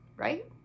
Right